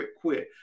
quit